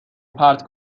پرت